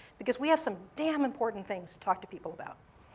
because we have some damn important things to talk to people about.